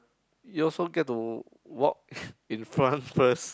you also get to walk in front first